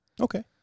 Okay